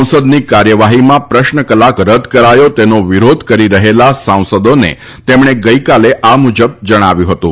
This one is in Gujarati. સંસદની કાર્યવાહીમાં પ્રશ્ન કલાક રદ કરાયો તેનો વિરોધ કરી રહેલા સાંસદોને તેમણે ગઈકાલે આ મુજબ જણાવ્યું હતું